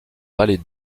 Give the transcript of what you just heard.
vallée